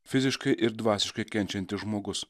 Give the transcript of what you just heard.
fiziškai ir dvasiškai kenčiantis žmogus